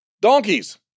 Donkeys